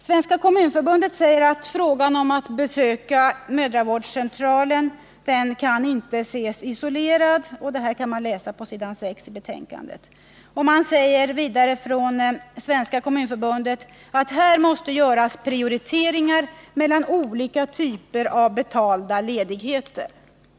Svenska kommunförbundet säger enligt vad som står på s. 6 i betänkandet att frågan om rätt att besöka mödravårdscentral på betald arbetstid inte kan ses isolerad. Här måste göras prioriteringar mellan olika typer av betalda ledigheter, säger Kommunförbundet.